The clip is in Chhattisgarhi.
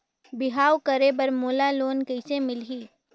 बिहाव करे बर मोला लोन कइसे मिलही?